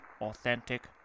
authentic